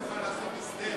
אתה מוכן לעשות הסדר,